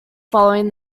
following